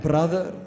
Brother